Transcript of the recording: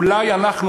אולי אנחנו,